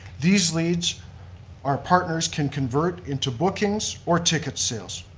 these leads our partners can convert into bookings or ticket sales.